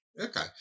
Okay